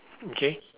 okay